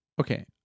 Okay